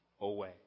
away